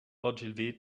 ogilvy